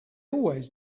always